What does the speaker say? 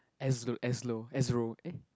as low as low as roll eh